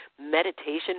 meditation